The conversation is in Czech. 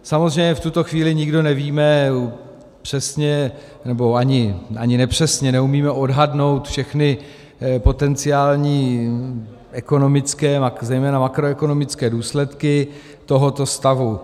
Samozřejmě v tuto chvíli nikdo nevíme přesně, nebo ani nepřesně, neumíme odhadnout všechny potenciální ekonomické a zejména makroekonomické důsledky tohoto stavu.